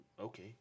Okay